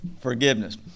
forgiveness